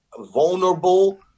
vulnerable